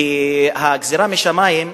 כי הגזירה משמים,